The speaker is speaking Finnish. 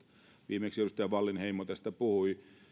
viimeksi edustaja wallinheimo tästä puhui